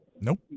Nope